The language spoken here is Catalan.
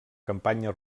campanya